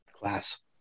Class